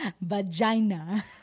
vagina